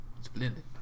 Splendid